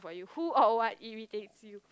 who or what irritates you